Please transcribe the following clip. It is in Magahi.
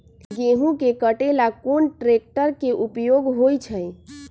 गेंहू के कटे ला कोंन ट्रेक्टर के उपयोग होइ छई?